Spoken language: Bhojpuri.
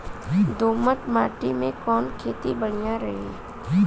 दोमट माटी में कवन खेती बढ़िया रही?